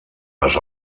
les